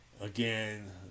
Again